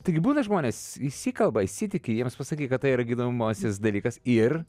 taigi būna žmonės įsikalba įsiteikia jiems pasakai kad tai yra gydomasis dalykas ir